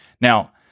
now